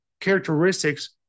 characteristics